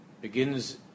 begins